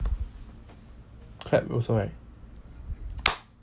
clap first right